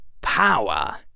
power